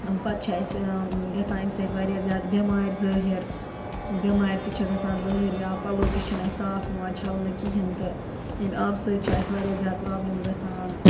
پَتہٕ چھِ اَسہِ گَژھان اَمہِ سۭتۍ واریاہ زیادٕ بٮ۪مارِ ظٲہٕر بیٚمارِ تہِ چھےٚ گَژھان ظٲہٕر یا پَلو تہِ چھِنہٕ اَسہِ صاف یِوان چھَلنہٕ کِہیٖنۍ تہٕ امہِ آبہٕ سۭتۍ چھِ اَسہِ واریاہ زیادٕ پرٛابلِم گَژھان